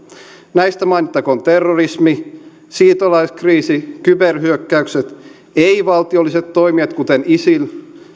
näistä mainittakoon terrorismi siirtolaiskriisi kyberhyökkäykset ei valtiolliset toimijat kuten isil